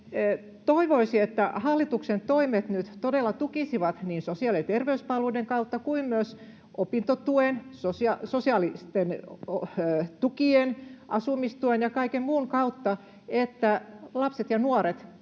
toivoisi, että hallituksen toimet nyt todella tukisivat niin sosiaali- ja terveyspalveluiden kautta kuin myös opintotuen, sosiaalisten tukien, asumistuen ja kaiken muun kautta, että lapset ja nuoret